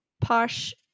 posh